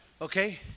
Okay